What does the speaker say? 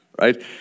right